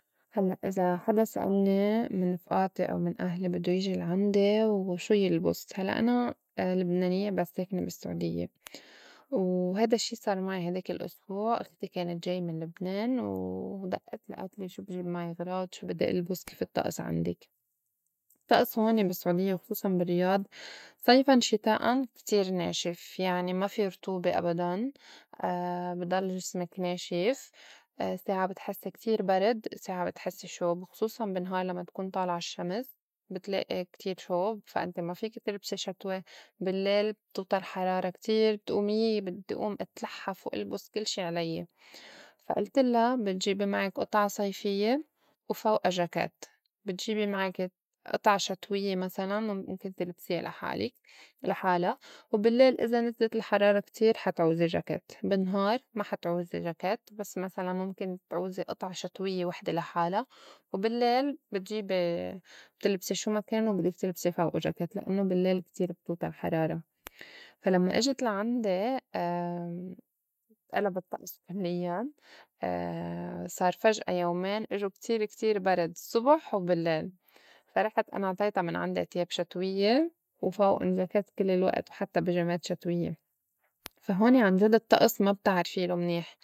هلّأ إذا حدا سألني من رفئاتي أو من أهلي بدّو يجي لعندي وشو يلبُس؟ هلّأ أنا لبنانيّة بس ساكنة بالسعوديّة وهيدا الشّي صار معي هيداك الأسبوع أختي كانت جاي من لبنان و دئّتلي آلتلي شو بجيب معي اغراض شو بدّي البُس؟ كيف الطّقس عندك؟ الطّقس هون بالسعوديّة وخصوصاً بالرّياض صيفاً شِتاءً كتير ناشف، يعني ما في رطوبة أبداً، بي ضل جسمك ناشف، ساعة بتحسّي كتير برد ساعة بتحسّي شوب، خصوصاً بالنهار لمّا تكون طالعة الشّمس بتلائي كتير شوب، فا انت ما فيكي تلبسي شتوي، باللّيل بتوطى الحرارة كتير تقومي يي بدّي أوم اتلحّف والبُس كل شي عليّ، فا ألتلّا بتجيبي معك قطعة صيفيّة وفوقا جاكيت بتجيبي معك قطعة شتويّة مسلاً مُمكن تلبسيا لحالك لحالا، وباللّيل إذا نزلت الحرارة كتير حا تعوزي جاكيت بالنهار ما حا تعوزي جاكيت، بس مسلاً مُمكن تعوزي قطعة شتويّة وحدة لحالا، وباللّيل بتجيبي بتلبسي شو ما كان و بدّك تلبسي فوقه جاكيت لأنّو باللّيل كتير بتوطى الحرارة. فا لمّا إجت لعندي ألب الطّقس كُليّاً صار فجأة يومين اجو كتير كتير برد الصُّبح وباللّيل فا رحت أنا اعطيتا من عندي تياب شتويّة وفوقُن جاكيت كل الوقت وحتّى بيجامات شتويّة. فا هون عنجد الطّقس ما بتعرفيلو منيح.